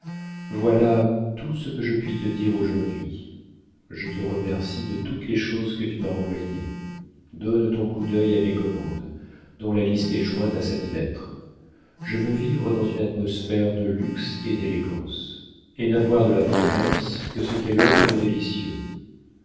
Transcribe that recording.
voilà tout ce que je puis te dire aujourd'hui je te remercie de toutes les choses que tu m'as envoyées donne ton coup d'œil à mes commandes dont la liste est jointe à cette lettre je veux vivre dans une atmosphère de luxe et d'élégance et n'avoir de la province que ce qu'elle offre de